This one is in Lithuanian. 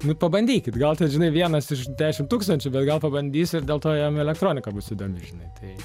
nu pabandykit gal ten žinai vienas iš dešimt tūkstančių bet gal pabandys ir dėl to jam elektronika bus įdomi žinai tai